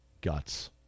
guts